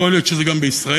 יכול להיות שזה גם בישראל,